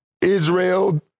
Israel